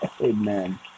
Amen